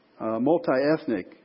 multi-ethnic